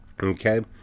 Okay